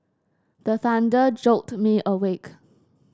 the thunder jolt me awake